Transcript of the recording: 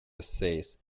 essays